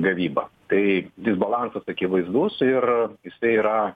gavybą tai disbalansas akivaizdus ir jisai yra